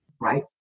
Right